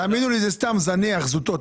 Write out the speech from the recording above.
תאמינו לי, זה סתם זניח, זוטות.